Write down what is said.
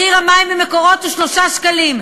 מחיר המים ב"מקורות" הוא 3 שקלים,